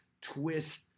twist